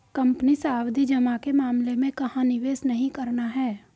Company सावधि जमा के मामले में कहाँ निवेश नहीं करना है?